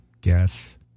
guess